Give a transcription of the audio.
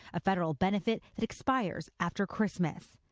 a federal benefit that expires after christmas.